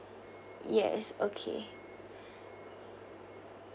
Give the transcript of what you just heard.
yes okay